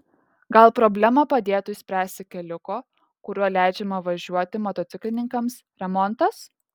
gal problemą padėtų išspręsti keliuko kuriuo leidžiama važiuoti motociklininkams remontas